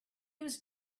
was